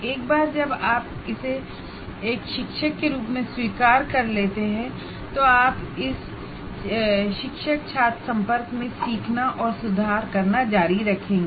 एक बार जब आप इसे एक शिक्षक के रूप में स्वीकार कर लेते हैं तो आप इस टीचर स्टुडेंट इंटरेक्शन से सीखना या सुधार करना जारी रखेंगे